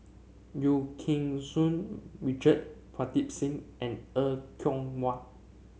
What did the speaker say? Eu Keng Soon Richard Pritam Singh and Er Kwong Wah